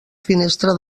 finestra